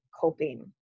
coping